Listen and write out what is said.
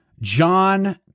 John